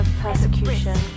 persecution